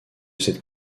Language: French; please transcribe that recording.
cette